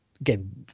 again